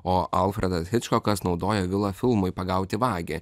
o alfredas hičkokas naudojo vilą filmui pagauti vagį